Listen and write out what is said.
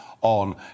on